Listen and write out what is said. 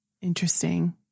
Interesting